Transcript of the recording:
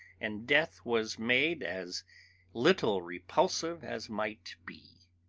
and death was made as little repulsive as might be.